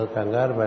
Kangar